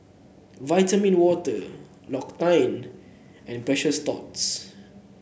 Vitamin Water L'Occitane and Precious Thots